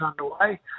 underway